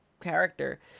character